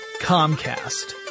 Comcast